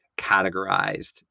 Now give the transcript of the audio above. categorized